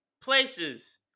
places